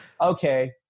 okay